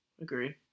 agree